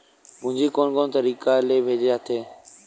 पूंजी कोन कोन तरीका ले भेजे जाथे?